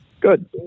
good